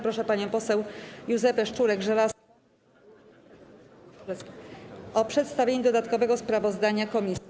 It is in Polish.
Proszę panią poseł Józefę Szczurek-Żelazko o przedstawienie dodatkowego sprawozdania komisji.